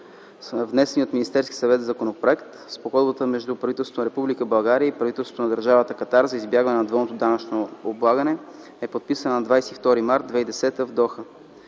внесения от Министерския съвет законопроект. Спогодбата между правителството на Република България и правителството на Държавата Катар за избягване на двойното данъчно облагане е подписана на 22 март 2010 г. в Доха.